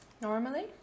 Normally